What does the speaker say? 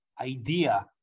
idea